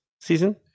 season